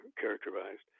characterized